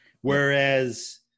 Whereas